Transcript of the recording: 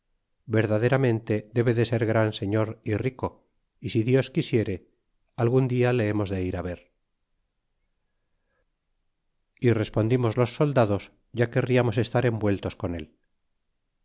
verdaderamente debe de ser gran señor y rico y si dios quisiere algun dia le hemos de ir á ver y respondimos los soldados ya querriamos estar envueltos con él